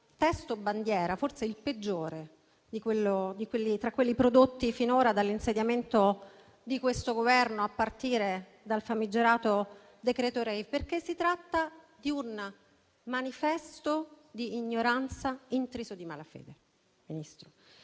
testo bandiera, forse il peggiore tra quelli prodotti finora dall'insediamento di questo Governo, a partire dal famigerato decreto *rave*. Si tratta di un manifesto di ignoranza intriso di malafede, Ministro,